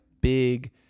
big